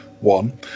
one